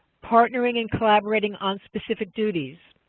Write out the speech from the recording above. partnering and collaborating on specific duties.